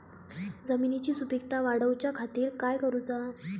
जमिनीची सुपीकता वाढवच्या खातीर काय करूचा?